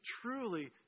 truly